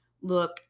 look